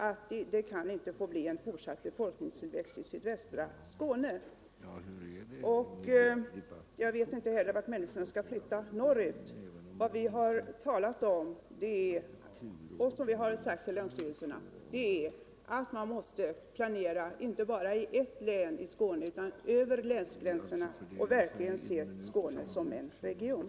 Det kan inte få blien fortsatt befolkningstillväxt i sydvästra Skåne. Vad vi har talat om och sagt till länsstyrelserna är att man måste planera inte bara i et län i Skåne utan över länsgränserna och verkligen se Skåne som en region.